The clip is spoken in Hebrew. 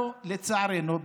לצערנו,